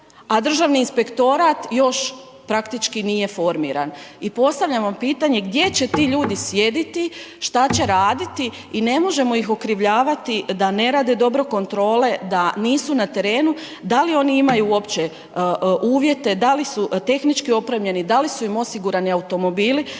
a Državni inspektorat još praktički nije formiran i postavljam vam pitanje gdje će ti ljudi sjediti, šta će raditi i ne možemo ih okrivljavati da ne rade dobro kontrole, da nisu na terenu, da li oni imaju uopće uvjete, da li su tehnički opremljeni, da li su im osigurani automobili,